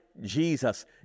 Jesus